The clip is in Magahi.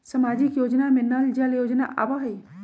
सामाजिक योजना में नल जल योजना आवहई?